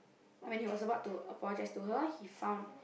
when he was about to apologize to her he found